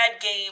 game